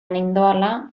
nindoala